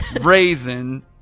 raisin